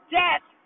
death